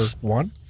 one